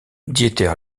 dieter